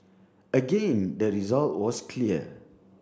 again the result was clear